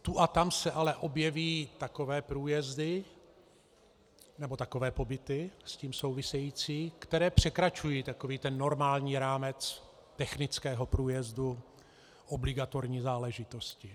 Tu a tam se ale objeví takové průjezdy nebo takové pobyty s tím související, které překračují takový ten normální rámec technického průjezdu, obligatorní záležitosti.